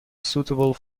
suitable